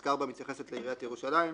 פסקה (4) מתייחסת לעיריית ירושלים.